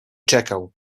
czekał